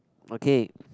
okay